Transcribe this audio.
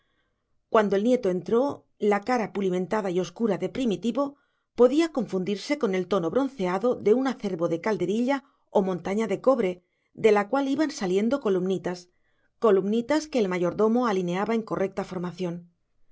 cuando el nieto entró la cara pulimentada y oscura de primitivo podía confundirse con el tono bronceado de un acervo de calderilla o montaña de cobre de la cual iban saliendo columnitas columnitas que el mayordomo alineaba en correcta formación